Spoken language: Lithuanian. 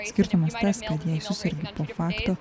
skirtumas tas kad jei susergi po fakto